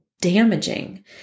damaging